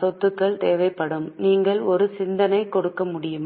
சொத்துக்கள் தேவைப்படும் நீங்கள் ஒரு சிந்தனை கொடுக்க முடியுமா